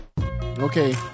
Okay